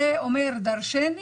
זה אומר דרשני,